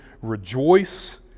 rejoice